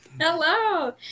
Hello